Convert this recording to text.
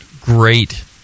great